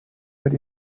that